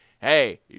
Hey